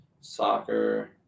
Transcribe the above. soccer